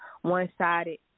one-sided